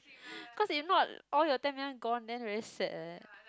cause if not all your ten million gone then very sad leh